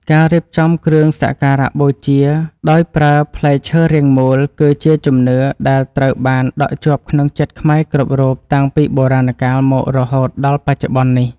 ការរៀបចំគ្រឿងសក្ការៈបូជាដោយប្រើផ្លែឈើរាងមូលគឺជាជំនឿដែលត្រូវបានដក់ជាប់ក្នុងចិត្តខ្មែរគ្រប់រូបតាំងពីបុរាណកាលមករហូតដល់បច្ចុប្បន្ននេះ។